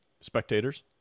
spectators